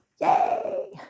yay